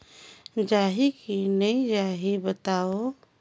जाही की नइ जाही बताव?